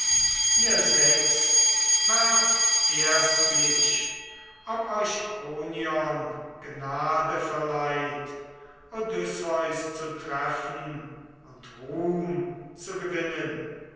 ihr sechs werft erstlich ob euch kronion gnade verleiht odysseus zu treffen und ruhm zu gewinnen